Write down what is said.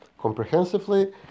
comprehensively